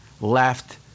left